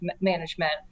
management